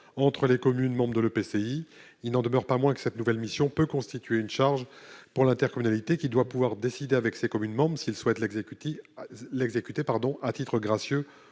entre communes membres d'un EPCI, il n'en demeure pas moins que cette nouvelle mission peut constituer une charge pour l'intercommunalité, qui doit pouvoir décider, avec ses communes membres, si elle souhaite l'assumer à titre gracieux